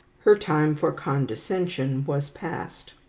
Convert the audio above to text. her time for condescension was past.